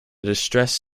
distress